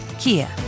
Kia